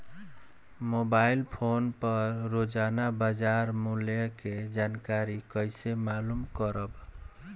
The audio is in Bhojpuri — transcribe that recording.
मोबाइल फोन पर रोजाना बाजार मूल्य के जानकारी कइसे मालूम करब?